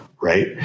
right